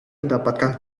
mendapatkan